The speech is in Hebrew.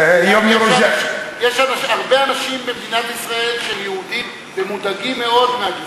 יש הרבה אנשים במדינת ישראל שהם יהודים ומודאגים מאוד מהגזענות.